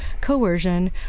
coercion